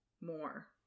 more